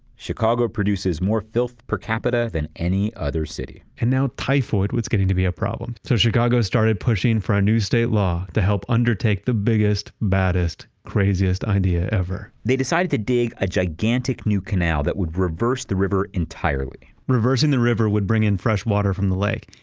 chicago produces more filth per capita than any other city. and now typhoid was getting to be a problem. so chicago started pushing for a new state law to help undertake the biggest, baddest, craziest idea ever they decided to dig a gigantic new canal that would reverse the river entirely reversing the river would bring in fresh water from the lake.